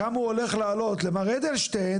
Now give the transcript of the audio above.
כמה הוא הולך לעלות למר אדלשטיין,